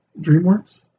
DreamWorks